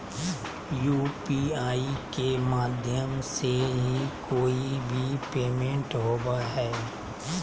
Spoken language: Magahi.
यू.पी.आई के माध्यम से ही कोय भी पेमेंट होबय हय